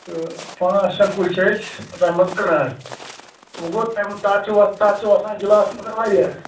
تہٕ پانٛژ شےٚ کُلۍ چھِ اَسہِ تَمہِ منٛز کٕنان وۅں گوٚو تَتھ چھِ وۅں تتھ چھِ وَسان گِلاس مگر وارِیاہ